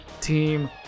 team